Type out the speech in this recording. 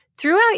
Throughout